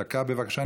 דקה, בבקשה.